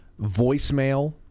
voicemail